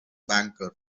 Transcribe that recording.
banker